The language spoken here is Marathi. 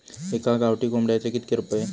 एका गावठी कोंबड्याचे कितके रुपये?